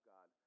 God